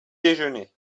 déjeuner